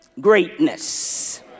greatness